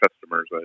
customers